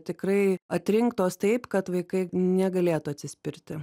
tikrai atrinktos taip kad vaikai negalėtų atsispirti